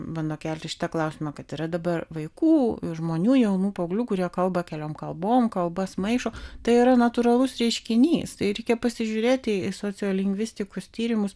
bando kelti šitą klausimą kad yra dabar vaikų žmonių jaunų paauglių kurie kalba keliom kalbom kalbas maišo tai yra natūralus reiškinys tai reikia pasižiūrėti į sociolingvistikos tyrimus